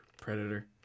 predator